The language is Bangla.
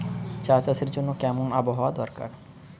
চা চাষের জন্য কেমন আবহাওয়া দরকার?